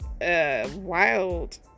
Wild